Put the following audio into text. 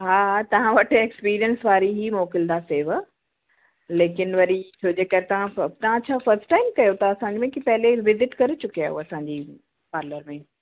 हा हा तव्हां वटि एक्सपीरियंस वारी ही मोकिलींदासीं लेकिन वरी छो जे करे तव्हां फ़ तव्हां छा फ़र्स्ट टाइम कयो था असांजे में कि पहिले विज़िट करे चुकिया आहियो असांजी पार्लर में